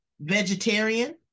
vegetarian